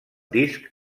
disc